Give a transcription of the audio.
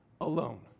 alone